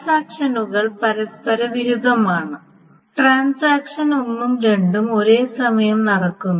ട്രാൻസാക്ഷനുകൾ പരസ്പരവിരുദ്ധമാണ് ട്രാൻസാക്ഷൻ 1 ഉം 2 ഉം ഒരേസമയം നടക്കുന്നു